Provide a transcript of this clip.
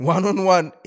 One-on-one